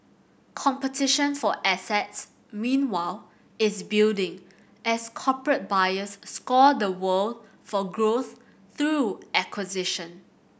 competition for assets meanwhile is building as corporate buyers scour the world for growth through acquisition